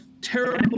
terrible